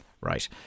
right